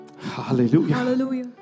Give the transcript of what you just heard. Hallelujah